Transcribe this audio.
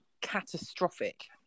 catastrophic